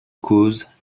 cause